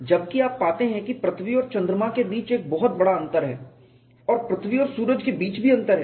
जबकि आप पाते हैं कि पृथ्वी और चंद्रमा के बीच एक बड़ा अंतर है और पृथ्वी और सूरज के बीच भी अंतर है